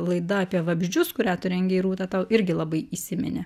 laida apie vabzdžius kurią tu rengei rūta tau irgi labai įsiminė